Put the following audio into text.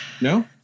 No